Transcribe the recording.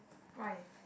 why